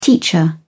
teacher